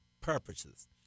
purposes